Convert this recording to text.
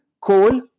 coal